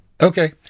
Okay